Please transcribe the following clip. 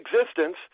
existence